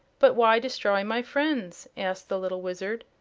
but why destroy my friends? asked the little wizard.